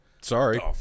Sorry